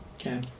Okay